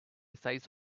size